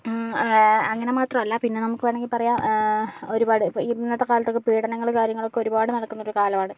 അങ്ങനെ മാത്രമല്ല പിന്നെ നമുക്ക് വേണമെങ്കിൽ പറയാം ഒരുപാട് ഇന്നത്തെ കാലത്ത് പീഡനങ്ങൾ കാര്യങ്ങളൊക്കെ ഒരുപാട് നടക്കുന്ന ഒരു കാലമാണ്